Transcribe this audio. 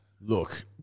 Look